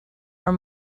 are